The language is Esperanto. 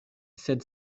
sed